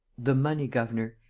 the money, governor.